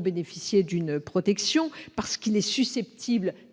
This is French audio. bénéficier d'une protection parce qu'il est susceptible